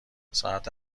ساعت